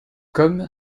comme